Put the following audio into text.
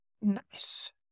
Nice